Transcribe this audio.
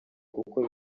kuko